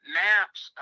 maps